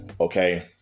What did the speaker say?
okay